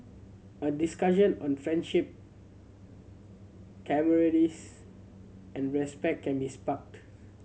a discussion on friendship camaraderie's and respect can be sparked